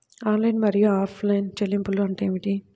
Online మరియు offline చెల్లింపులు అంటే ఏమిటి?